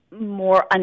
more